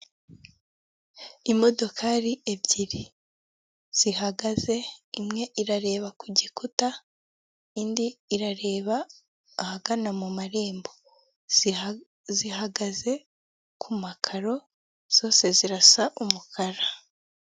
Ikinyabiziga kiri mu bwoko bw'ipikipiki gitwaye amacupa ya gaze akaba ariwe muntu wambaye umupira w'umukara ipantaro y'umukara n'inkweto zifite ibara ry'umukara akaba hari n'undi wambaye ishati y'amaboko magufi bifite ibara ry'umukara ririmo uturonko mu tw'umweru, ipantaro y'umukara ndetse n'inkweto z'umukara n'umweru.